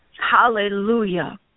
Hallelujah